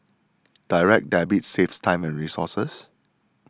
direct debit saves time and resources